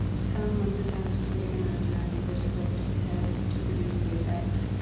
some mantras have a specific amount of times that they're supposed to be said to produce the effect.